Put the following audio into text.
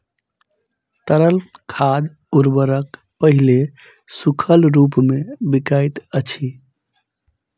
तरल खाद उर्वरक पहिले सूखल रूपमे बिकाइत अछि